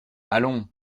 allons